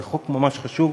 זה חוק ממש חשוב,